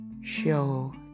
show